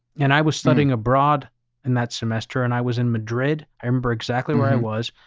and i was studying abroad in that semester, and i was in madrid. i remember exactly where i was,